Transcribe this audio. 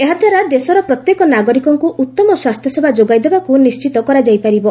ଏହାଦ୍ୱାରା ଦେଶର ପ୍ରତ୍ୟେକ ନାଗରିକଙ୍କୁ ଉତ୍ତମ ସ୍ୱାସ୍ଥ୍ୟସେବା ଯୋଗାଇଦେବାକ୍ତ ନିର୍ଣ୍ଣିତ କରାଯାଇପାରିବ